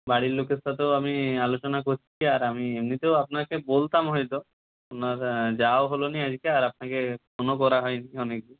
বাড়ির লোকের সাথেও আমি আলোচনা করছি আর আমি এমনিতেও আপনাকে বলতাম হয়তো আপনার যাওয়া হলো না আর কি আর আপনাকে ফোনও করা হয়নি অনেক দিন